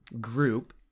group